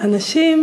היום.